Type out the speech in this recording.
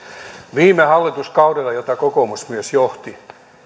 viime hallituskaudella jota kokoomus myös johti